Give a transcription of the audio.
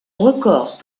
record